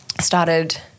started